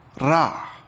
ra